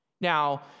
Now